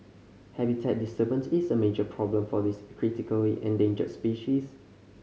habitat disturbance is a major problem for this critically endangered species